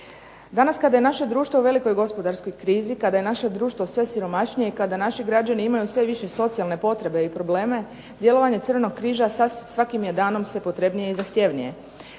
Danas kada je naše društvo u velikoj gospodarskoj krizi, kada je naše društvo sve siromašnije i kada naši građani imaju sve više socijalne potrebe i probleme djelovanje Crvenog križa svakim je danom sve potrebnije i zahtjevnije.